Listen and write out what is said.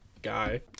Guy